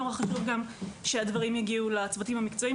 חשוב שהדברים יגיעו לצוותים המקצועיים